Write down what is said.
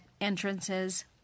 entrances